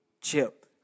chip